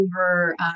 over